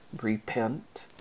repent